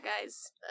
guy's